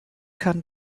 kann